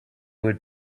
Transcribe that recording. would